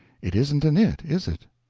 it isn't an it, is it?